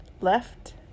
left